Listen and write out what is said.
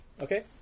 Okay